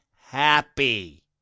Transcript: happy